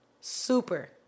Super